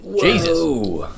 Jesus